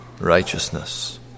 righteousness